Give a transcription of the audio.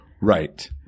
Right